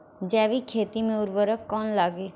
जैविक खेती मे उर्वरक कौन लागी?